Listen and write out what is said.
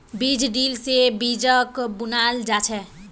बीज ड्रिल से बीजक बुनाल जा छे